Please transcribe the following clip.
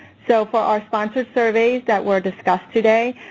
so for our sponsor surveys that were discussed today